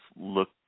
look